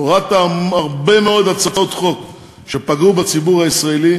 והורדת הרבה מאוד הצעות חוק שפגעו בציבור הישראלי,